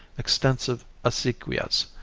extensive acequias,